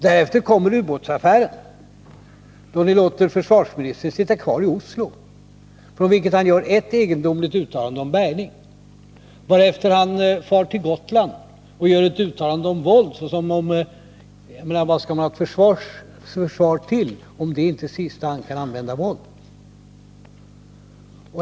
Därefter kommer ubåtsaffären, då ni låter försvarsministern sitta kvar i Oslo, varifrån han gör ett egendomligt uttalande om bärgning, varpå han far till Gotland och gör ett uttalande om våld — men vad skall man ha ett försvar till om det inte i sista hand kan använda våld?